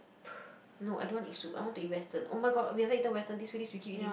no I don't want to eat soup I want to eat Western oh my god we haven't eaten Western this few days we keep eating